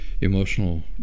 emotional